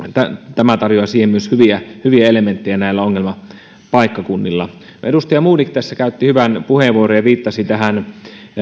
tämä tarjoaa siihen myös hyviä hyviä elementtejä näillä ongelmapaikkakunnilla edustaja modig käytti tässä hyvän puheenvuoron ja viittasi tähän